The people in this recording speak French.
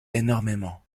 énormément